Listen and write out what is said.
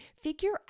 Figure